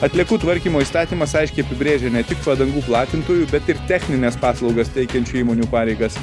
atliekų tvarkymo įstatymas aiškiai apibrėžia ne tik padangų platintojų bet ir technines paslaugas teikiančių įmonių pareigas